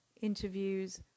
interviews